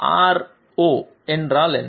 R0 என்றால் என்ன